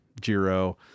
Jiro